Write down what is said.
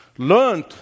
learned